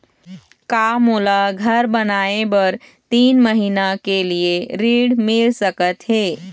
का मोला घर बनाए बर तीन महीना के लिए ऋण मिल सकत हे?